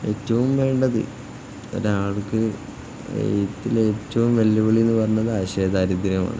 ഏറ്റവും വേണ്ടത് ഒരാൾക്ക് എഴുത്തില് ഏറ്റവും വെല്ലുവിളിയെന്ന് പറയുന്നത് ആശയദാരിദ്ര്യമാണ്